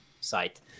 site